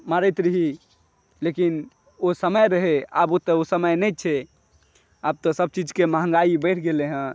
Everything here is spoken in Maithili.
मारैत रही लेकिन ओ समय रहय आब ओ समय नहि छै आब तऽ सभ चीजकेँ महँगाई बढ़ि गेलय हँ